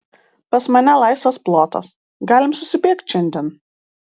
pas mane laisvas plotas galim susibėgt šiandien